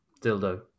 dildo